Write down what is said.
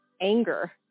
anger